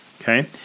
Okay